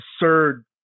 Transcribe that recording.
absurd